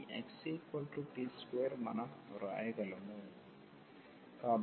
ఈ xt2 మనం వ్రాయగలము